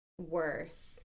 worse